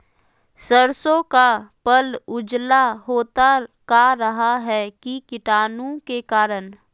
सरसो का पल उजला होता का रहा है की कीटाणु के करण?